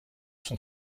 son